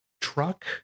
truck